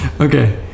Okay